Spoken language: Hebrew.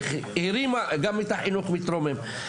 איך הרימה גם את החינוך מתרומם.